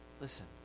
Listen